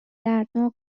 دردناک